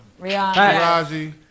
Rihanna